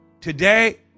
Today